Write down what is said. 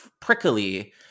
prickly